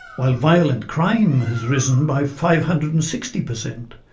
while violent crime has risen by five hundred and sixty percent,